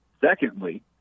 Secondly